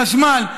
חשמל,